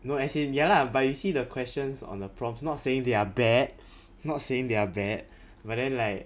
no as in ya lah but you see the questions on the prompts not saying they are bad not saying they are bad but then like